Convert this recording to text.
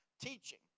teaching